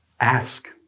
Ask